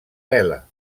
vela